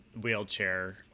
wheelchair